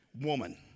woman